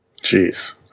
Jeez